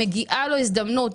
מגיעה לו הזדמנות,